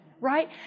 right